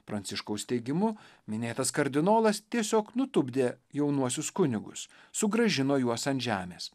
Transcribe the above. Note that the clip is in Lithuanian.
pranciškaus teigimu minėtas kardinolas tiesiog nutupdė jaunuosius kunigus sugrąžino juos ant žemės